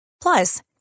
Plus